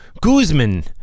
Guzman